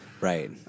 Right